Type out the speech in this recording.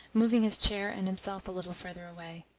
moving his chair and himself a little further away.